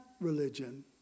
religion